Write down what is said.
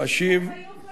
הם היו פה